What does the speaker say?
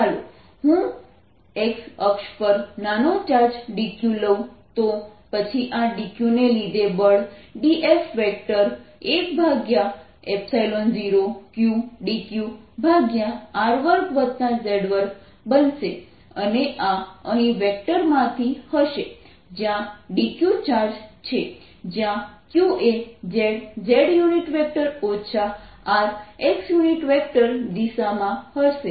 ચાલો જો હું x અક્ષ પર નાનો ચાર્જ dq લઉંતો પછી આ dq ને લીધે બળ dF14π0q dqr2z2 બનશે અને આ અહીં વેક્ટર માંથી હશે જ્યાં dq ચાર્જ છે જ્યાં q એ zz rx દિશામાં હશે